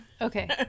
okay